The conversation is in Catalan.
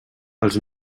els